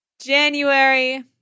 January